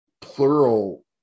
plural